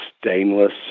stainless